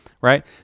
right